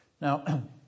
Now